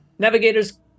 Navigators